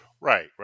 right